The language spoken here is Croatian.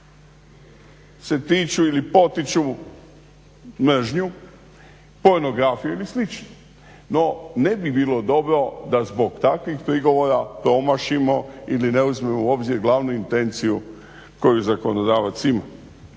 se tiču ili potiču mržnju, pornografiju ili slično. No ne bi bilo dobro da zbog takvih prigovora promašimo ili ne uzmemo u obzir glavnu intenciju koju zakonodavac ima,